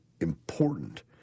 important